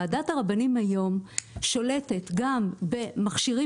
ועדת הרבנים היום שולטת גם במכשירים